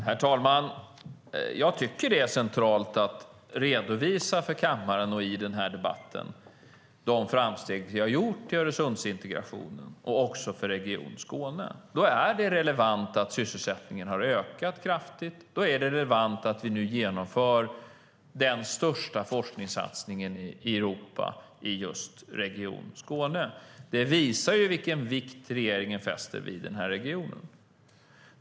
Herr talman! Jag tycker att det är centralt att för kammaren och i denna debatt redovisa de framsteg vi har gjort i Öresundsintegrationen och för Region Skåne. Då är det relevant att sysselsättningen har ökat kraftigt. Då är det relevant att vi nu genomför den största forskningssatsningen i Europa i just Region Skåne. Det visar vilken vikt regeringen fäster vid den här regionen.